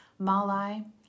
Malai